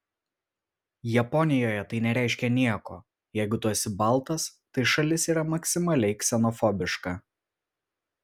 japonijoje tai nereiškia nieko jeigu tu esi baltas tai šalis yra maksimaliai ksenofobiška